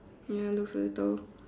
ya I don't feel it though